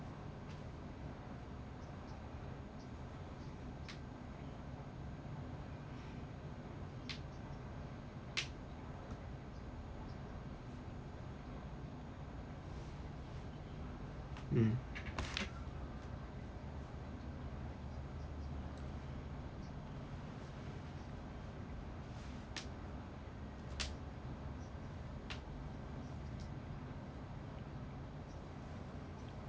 mm